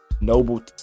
noble